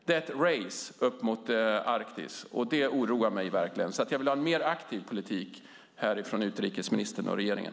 Det är ett race mot Arktis, och det oroar mig verkligen. Jag vill ha en mer aktiv politik från utrikesministern och regeringen.